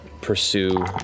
pursue